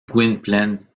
gwynplaine